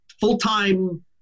full-time